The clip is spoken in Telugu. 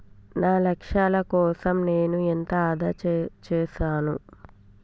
నా లక్ష్యాల కోసం నేను ఎంత ఆదా చేస్తాను?